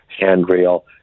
handrail